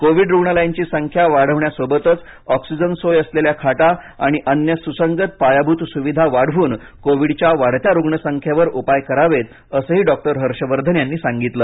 Covid रुग्णालयांची संख्या वाढवण्यासोबतच ऑक्सीजन सोय असलेल्या खाटा आणि अन्य सुसंगत पायाभूत सुविधा वाढवून कोविडच्या वाढत्या रुग्णसंख्येवर उपाय करावेत असंही डॉक्टर हर्षवर्धन यांनी सांगितलं